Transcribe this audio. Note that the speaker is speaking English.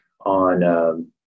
on –